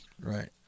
Right